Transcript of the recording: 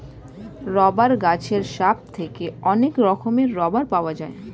rubber গাছের sap থেকে অনেক রকমের রাবার পাওয়া যায়